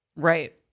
Right